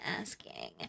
asking